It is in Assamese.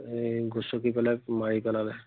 এই গচকি পেলাই মাৰি পেলালে